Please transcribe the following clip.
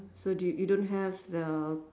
so do you you don't have the